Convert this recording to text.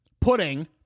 Pudding